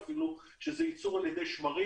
שהיא ייצור על ידי שמרים,